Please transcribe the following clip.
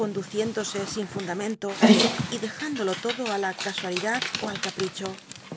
conduciéndose sin fundar mentó y dejándolo todo á la casuatidad al capricho